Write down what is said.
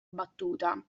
battuta